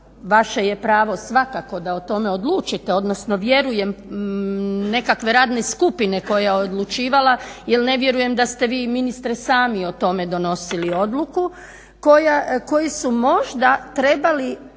vaše je pravo svakako da o tome odlučite, odnosno vjerujem nekakve radne skupine koja je odlučivala. Jer ne vjerujem da ste vi ministre sami o tome donosili odluku koji su možda trebali zato